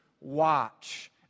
watch